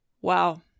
Wow